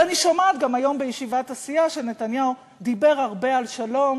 ואני שומעת גם היום שנתניהו דיבר הרבה על שלום